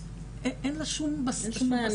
אין לה שום בסיס שום בשר.